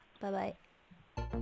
Bye-bye